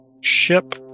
ship